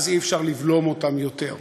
אז אי-אפשר לבלום אותם יותר.